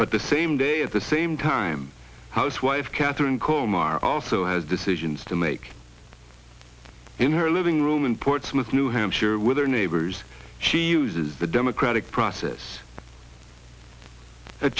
but the same day at the same time housewife katherine komarr also has decisions to make in her living room in portsmouth new hampshire with her neighbors she uses the democratic process a